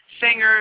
singers